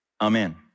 Amen